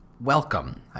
Welcome